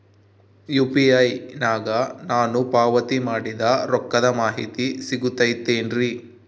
UPI ನಾಗ ನಾನು ಪಾವತಿ ಮಾಡಿದ ರೊಕ್ಕದ ಮಾಹಿತಿ ಸಿಗುತೈತೇನ್ರಿ?